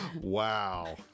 Wow